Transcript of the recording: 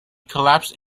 collapsed